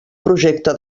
projecte